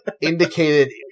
indicated